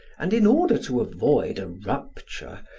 and in order to avoid a rupture,